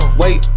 wait